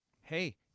hey